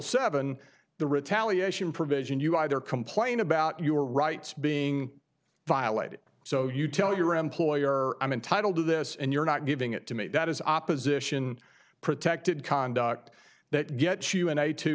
seven the retaliation provision you either complain about your rights being violated so you tell your employer i'm entitled to this and you're not giving it to me that is opposition protected conduct that gets you in a two